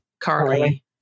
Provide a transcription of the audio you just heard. Carly